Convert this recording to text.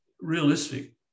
realistic